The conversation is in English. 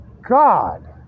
God